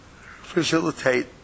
facilitate